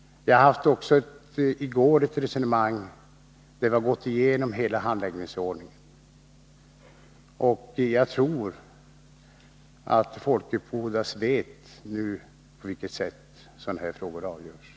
Vi hade också i går ett resonemang, och vi gick igenom hela handläggningsordningen. Jag tror att Folke Pudas nu vet på vilket sätt sådana här frågor avgörs.